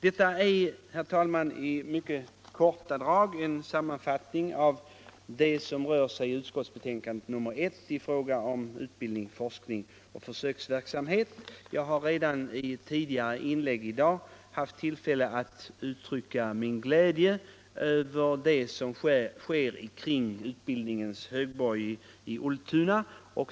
Detta är, herr talman, i mycket korta drag en sammanfattning av vad utskottsbetänkandet innehåller i fråga om utbildning, forskning och försöksverksamhet. Jag har redan i tidigare inlägg i dag haft tillfälle att uttrycka min glädje över det som sker kring utbildningens högborg i Ultuna.